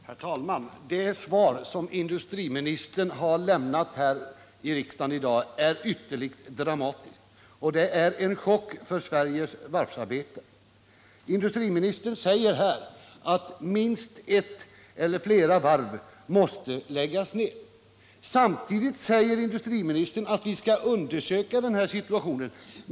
Om åtgärder för att Herr talman! Det svar som industriministern har lämnat här i riksdagen = förhindra nedläggi dag är ytterligt dramatiskt. Det är en chock för Sveriges varvsarbetare. ning av Arendals Industriministern säger att minst ett, kanske flera, varv måste läggas varvet, m.m. ned. Samtidigt säger industriministern att situationen för varven skall undersökas.